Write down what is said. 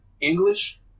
English